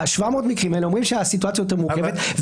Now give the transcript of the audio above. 700 המקרים האלה אומרים שהסיטואציה יותר מורכבת.